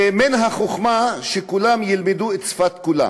ומן החוכמה שכולם ילמדו את שפת כולם.